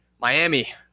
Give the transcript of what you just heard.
Miami –